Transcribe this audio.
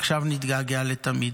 עכשיו נתגעגע לתמיד.